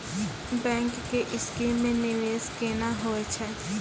Bank के scheme मे निवेश केना होय छै?